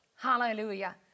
Hallelujah